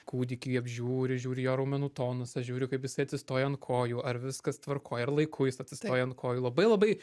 kūdikį apžiūri žiūri jo raumenų tonusą žiūri kaip jisai atsistoja ant kojų ar viskas tvarkoj ar laiku jis atsistoja ant kojų labai labai